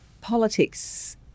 Politics